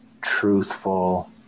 truthful